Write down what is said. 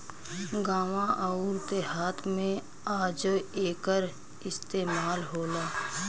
गावं अउर देहात मे आजो एकर इस्तमाल होला